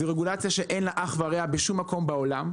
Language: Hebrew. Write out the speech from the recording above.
זאת רגולציה שאין לה אח ורע בשום מקום בעולם.